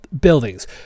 buildings